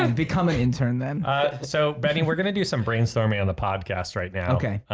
and become an intern then ah so benny, we're going to do some brainstorming on the podcast right now, okay?